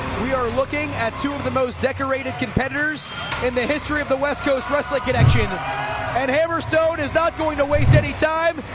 we are looking at two of the most decorated competitors in the history of the west coast wrestling connection and hammerstone is not going to waste any time.